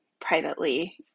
privately